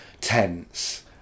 tense